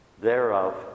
thereof